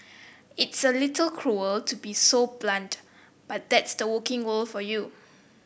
it's a little cruel to be so blunt but that's the working world for you